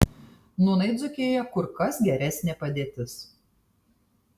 nūnai dzūkijoje kur kas geresnė padėtis